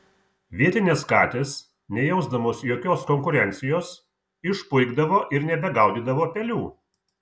vietinės katės nejausdamos jokios konkurencijos išpuikdavo ir nebegaudydavo pelių